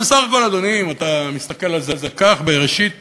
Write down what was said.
בסך הכול, אדוני, אם אתה מסתכל על זה כך, בראשית